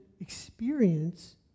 experience